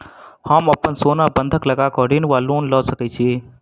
हम अप्पन सोना बंधक लगा कऽ ऋण वा लोन लऽ सकै छी?